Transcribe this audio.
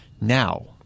Now